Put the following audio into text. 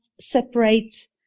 separate